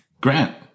Grant